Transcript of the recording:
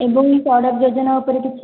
ଏବଂ ସଡ଼କ ଯୋଜନା ଉପରେ କିଛି